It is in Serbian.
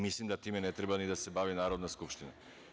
Mislim da time ne treba da se bavi Narodna skupština.